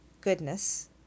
goodness